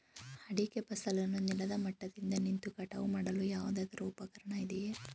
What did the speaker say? ಅಡಿಕೆ ಫಸಲನ್ನು ನೆಲದ ಮಟ್ಟದಿಂದ ನಿಂತು ಕಟಾವು ಮಾಡಲು ಯಾವುದಾದರು ಉಪಕರಣ ಇದೆಯಾ?